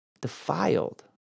defiled